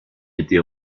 été